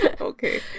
Okay